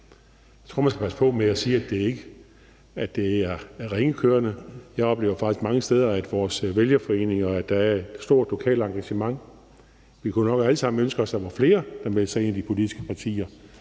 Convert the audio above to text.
Jeg tror, man skal passe på med at sige, at det er ringe kørende. Jeg oplever faktisk mange steder, at der i vores vælgerforeninger er et stort lokalt engagement. Vi kunne nok alle sammen ønsker os, der var flere, der meldte sig ind i de politiske partier,